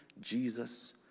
Jesus